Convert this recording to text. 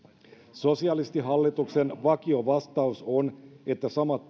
sosialistihallituksen vakiovastaus on että samat